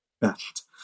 best